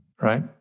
right